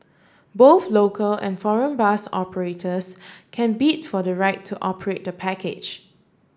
both local and foreign bus operators can bid for the right to operate the package